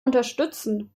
unterstützen